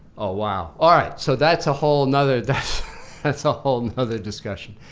oh wow, all right. so that's a whole nother, that's that's a whole nother discussion.